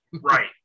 Right